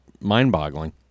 mind-boggling